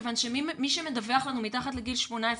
כיוון שמי שמדווח לנו מתחת לגיל 18,